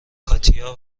کاتیا